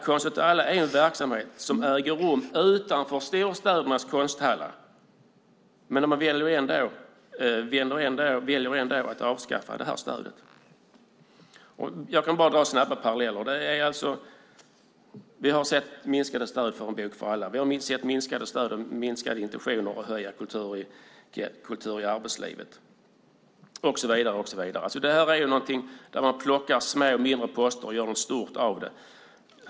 Konst för alla är en verksamhet som äger rum utanför storstädernas konsthallar, men man väljer ändå att avskaffa det här stödet. Jag kan bara dra några snabba paralleller. Vi har sett minskat stöd för En bok för alla. Vi har sett minskat stöd och minskade intentioner att höja Kultur i arbetslivet och så vidare. Det är här något där man plockar små och mindre poster och gör något stort av det.